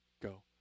go